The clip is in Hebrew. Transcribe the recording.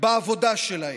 בעבודה שלהם.